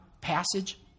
passage